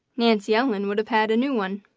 nancy ellen would have had a new one.